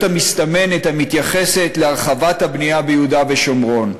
המסתמנת המתייחסת להרחבת הבנייה ביהודה ושומרון,